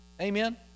Amen